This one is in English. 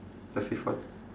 the fifth one